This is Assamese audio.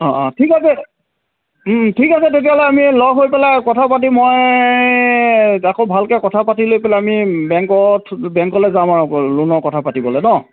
অঁ অঁ ঠিক আছে ঠিক আছে তেতিয়াহ'লে আমি লগ হৈ পেলাই কথা পাতি মই আকৌ ভালকে কথা পাতি লৈ পেলাই আমি বেংকত বেংকলে যাম আৰু লোনৰ কথা পাতিবলে ন